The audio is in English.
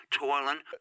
toiling